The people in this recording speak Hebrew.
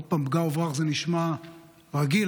פגע וברח זה נשמע רגיל,